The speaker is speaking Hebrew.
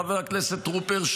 חבר הכנסת טרופר,